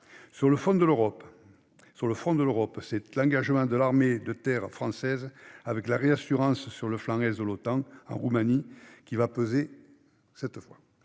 Sur le front de l'Europe, c'est l'engagement de l'armée de terre française avec la réassurance sur le flanc Est de l'Otan en Roumanie qui va peser. Sans